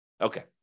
Okay